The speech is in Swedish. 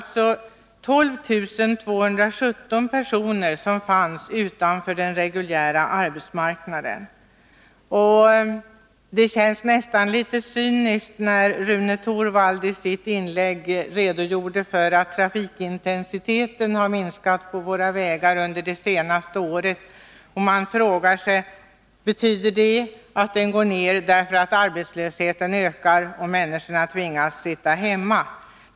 12 217 personer stod alltså utanför den reguljära arbetsmarknaden. Det var nästan litet cyniskt, när Rune Torwald i sitt inlägg redogjorde för att trafikintensiteten på våra vägar har minskat under det senaste året. Man frågar sig: Går trafikintensiteten ned därför att arbetslösheten ökar och människorna tvingas sitta hemma?